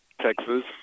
Texas